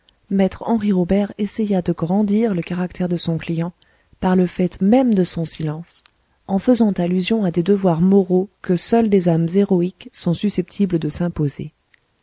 l'incident me henri robert essaya de grandir le caractère de son client par le fait même de son silence en faisant allusion à des devoirs moraux que seules des âmes héroïques sont susceptibles de s'imposer